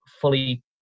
fully